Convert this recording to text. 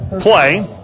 play